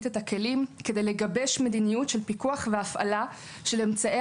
את הכלים כדי לגבש מדיניות של פיקוח והפעלה של אמצעי